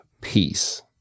peace